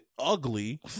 ugly